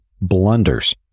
blunders